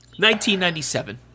1997